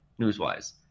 News-wise